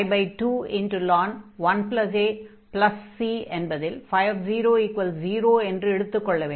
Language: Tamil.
ஆகையால் a21a c என்பதில் 00 என்று எடுத்துக் கொள்ள வேண்டும்